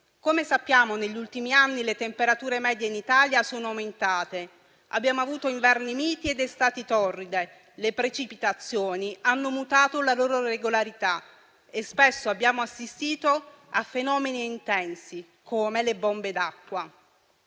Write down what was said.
Come sappiamo, negli ultimi anni le temperature medie in Italia sono aumentate; abbiamo avuto inverni miti ed estati torride; le precipitazioni hanno mutato la loro regolarità e spesso abbiamo assistito a fenomeni intensi come le bombe d'acqua.